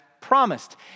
promised